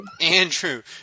Andrew